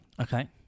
okay